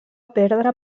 perdre